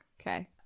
okay